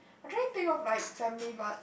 I trying to think of like family but